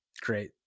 Great